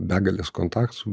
begalės kontaktų